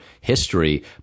history